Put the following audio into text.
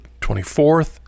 24th